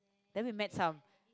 then we met some